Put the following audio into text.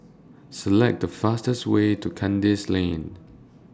Select The fastest Way to Kandis Lane